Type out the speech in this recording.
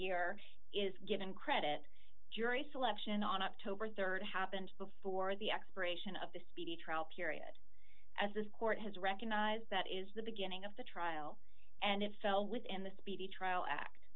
year is given credit jury selection on october rd happened before the expiration of the speedy trial period as this court has recognized that is the beginning of the trial and if fell within the speedy trial act